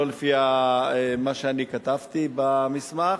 לא לפי מה שאני כתבתי במסמך,